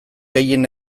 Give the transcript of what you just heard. gehien